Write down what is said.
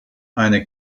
eine